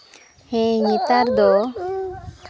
ᱦᱮᱸ ᱱᱮᱛᱟᱨ ᱫᱚ